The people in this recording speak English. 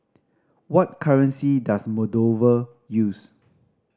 what currency does Moldova use